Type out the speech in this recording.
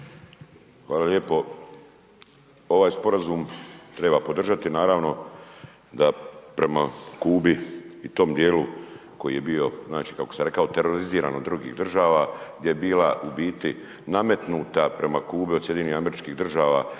Hvala lijepo. Ovaj sporazum treba podržati naravno da prema Kubi i tom dijelu koji je bio znači kako sam rekao teroriziran od drugih država, gdje je bila u biti nametnuta prema Kubi od SAD-a jedan teror kao da